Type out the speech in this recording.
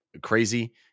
Crazy